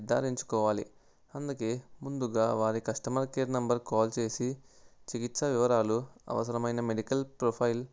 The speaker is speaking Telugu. నిద్ధారించుకోవాలి అందుకే ముందుగా వారి కస్టమర్ కేర్ నెంబర్ కాల్ చేసి చికిత్స వివరాలు అవసరమైన మెడికల్ ప్రొఫైల్